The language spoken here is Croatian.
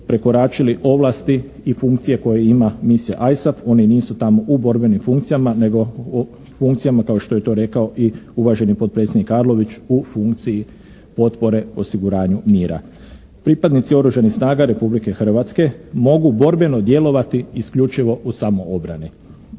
prekoračili ovlasti i funkcije koje ima misija ISAF. Oni nisu tamo u borbenim funkcijama nego u funkcijama kao što je to rekao i uvaženi potpredsjednik Arlović, u funkciji potpore osiguranju mira. Pripadnici Oružanih snaga Republike Hrvatske mogu borbeno djelovati isključivo u samoobrani.